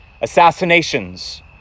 assassinations